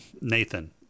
Nathan